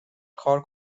کار